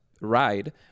ride